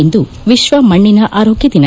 ಇಂದು ವಿಶ್ವ ಮಣ್ಣಿನ ಆರೋಗ್ಯ ದಿನ